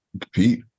compete